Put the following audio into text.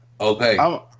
Okay